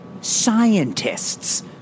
scientists